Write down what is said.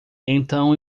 então